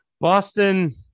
Boston